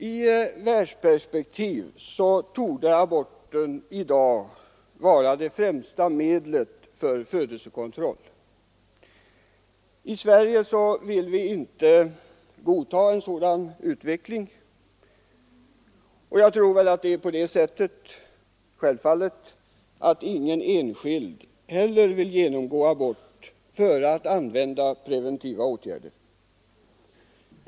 I världsperspektiv torde aborten i dag vara det främsta medlet för födelsekontroll. I Sverige vill vi inte godta en sådan utveckling, och det är väl också självfallet att inte heller någon enskild hellre vill genomgå abort än använda preventiva åtgärder.